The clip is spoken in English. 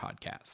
podcast